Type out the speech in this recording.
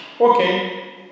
Okay